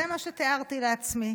זה מה שתיארתי לעצמי,